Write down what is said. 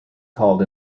called